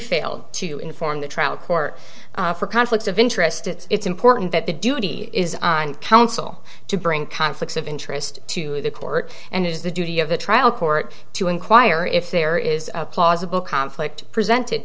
failed to inform the trial court for conflicts of interest it's important that the duty is on counsel to bring conflicts of interest to the court and it is the duty of the trial court to inquire if there is a plausible conflict presented